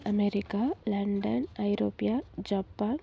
America London ஐரோப்பியா Japan